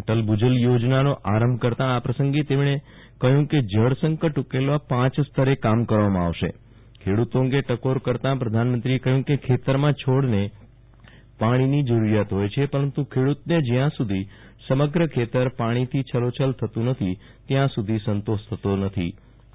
અટલ ભુજલ ચોજનાનો આરંભ કરતા આ પ્રસંગે તેમણે કહ્યુ હતુ કે જળસંદ ઉકેલવા પાંચ સ્તરે કામ કરવામાં આવશે ખેડૂતો અંગે ટકોર કરતા પ્રધાનમંત્રીચ્રે કહ્ય કે ખેતરમાં છોડને પાણીની જરૂરીયાત હોય છે પરંતુ ખેડુતને જ્યાં સુધી સમગ્ર ખેતરે પણીથી છલોછલ નથી ત્યાં સુધી સંતોષ થતો નથી